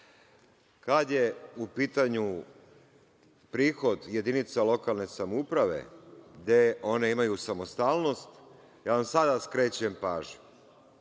je u pitanju prihod jedinica lokalne samouprave, gde one imaju samostalnost sada vam skrećem pažnju